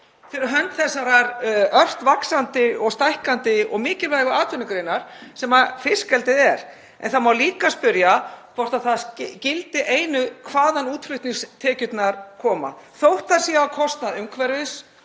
fyrir hönd þeirrar ört vaxandi og stækkandi og mikilvægu atvinnugreinar sem fiskeldið er. En það má líka spyrja hvort það gildi einu hvaðan útflutningstekjurnar koma, þótt það sé á kostnað umhverfis,